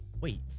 wait